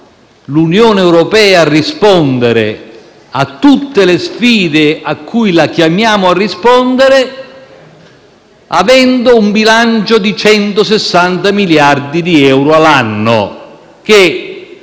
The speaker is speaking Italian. l'Unione europea a rispondere a tutte le sfide a cui è chiamata, avendo un bilancio di 160 miliardi di euro all'anno, che